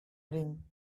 ring